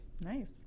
Nice